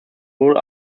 sowohl